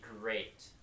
great